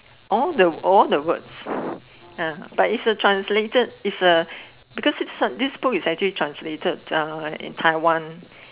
all the all the words uh but it's a translated it's a because it's this book is actually translated uh in Taiwan